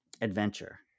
adventure